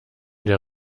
der